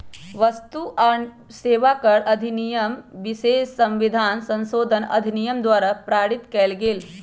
वस्तु आ सेवा कर अधिनियम विशेष संविधान संशोधन अधिनियम द्वारा पारित कएल गेल